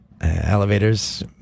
elevators